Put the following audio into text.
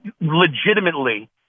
legitimately